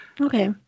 Okay